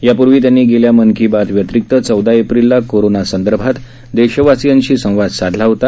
यापूर्वी त्यांनी गेल्या मन की बात व्यतिरिक्त चौदा एप्रिलला कोरोनासंदर्भात देशवासियांशी संवाद साधला होता